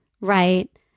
right